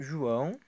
João